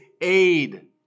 aid